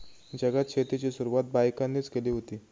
जगात शेतीची सुरवात बायकांनीच केली हुती